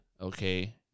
okay